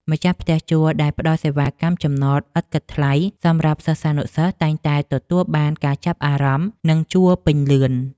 ម្ចាស់ផ្ទះជួលដែលផ្តល់សេវាកម្មចំណតឥតគិតថ្លៃសម្រាប់សិស្សានុសិស្សតែងតែទទួលបានការចាប់អារម្មណ៍និងជួលពេញលឿន។